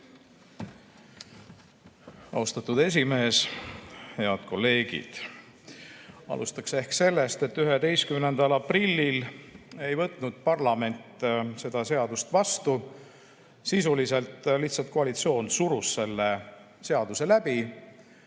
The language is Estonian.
Austatud esimees! Head kolleegid! Alustaks ehk sellest, et 11. aprillil ei võtnud parlament seda seadust vastu, sisuliselt lihtsalt koalitsioon surus selle seaduse läbi